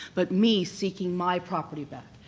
but me seeking my property back.